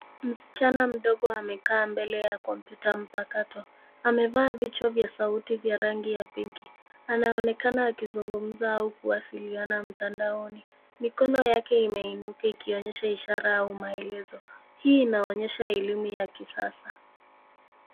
Msichana mdogo amekaa mbele ya kompyuta mpakato. Amevaa vichwa vya sauti vya rangi ya pinki anaonekana akizungumza au kuwasiliana mtandaoni. Mikono yake imeinuka ikionyesha ishara au maelezo. Hii inaonyesha elimu ya kisasa.